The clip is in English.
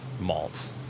malt